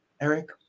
Eric